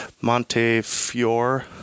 Montefiore